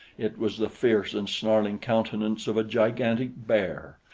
it was the fierce and snarling countenance of a gigantic bear.